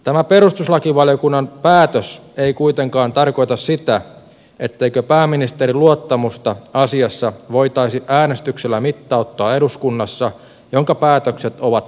tämä perustuslakivaliokunnan päätös ei kuitenkaan tarkoita sitä etteikö pääministerin luottamusta asiassa voitaisi äänestyksellä mittauttaa eduskunnassa jonka päätökset ovat poliittisia